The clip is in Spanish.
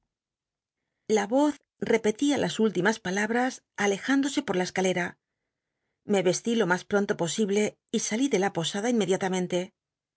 la voz repetía las últimas palabras alejándose por la escalera me vesti lo mas pronto posible y sali de la posada inmediatamen